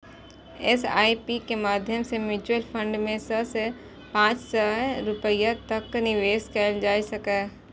SIP के माध्यम सं म्यूचुअल फंड मे सय सं पांच सय रुपैया तक सं निवेश कैल जा सकैए